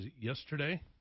yesterday